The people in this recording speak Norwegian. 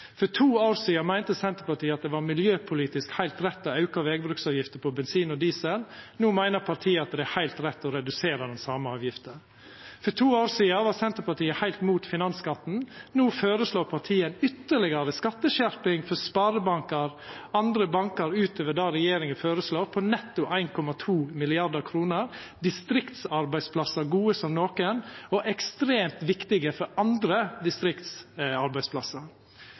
For to år sidan meinte Senterpartiet at det var miljøpolitisk heilt rett å auka vegbruksavgifta på bensin og diesel. No meiner partiet at det er heilt rett å redusera den same avgifta. For to år sidan var Senterpartiet heilt imot finansskatten. No føreslår partiet ei ytterlegare skatteskjerping for sparebankar og andre bankar utover det regjeringa føreslår, på netto 1,2 mrd. kr – distriktsarbeidsplassar gode som nokon og ekstremt viktige for andre distriktsarbeidsplassar.